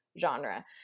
genre